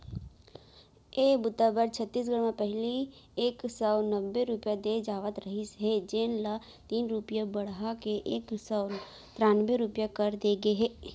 ए बूता बर छत्तीसगढ़ म पहिली एक सव नब्बे रूपिया दे जावत रहिस हे जेन ल तीन रूपिया बड़हा के एक सव त्रान्बे रूपिया करे गे हे